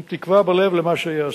עם תקווה בלב למה שייעשה.